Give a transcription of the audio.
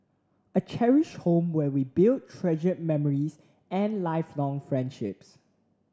a cherished home where we build treasured memories and lifelong friendships